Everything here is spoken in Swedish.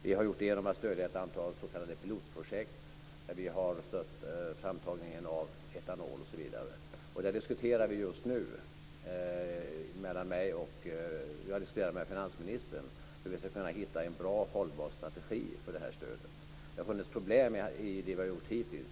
Vi har gjort det genom att stödja ett antal s.k. pilotprojekt, framtagningen av etanol osv. Jag diskuterar just nu med finansministern om hur vi ska hitta en bra och hållbar strategi för det här stödet. Det har funnits problem när det gäller det som vi har gjort hittills.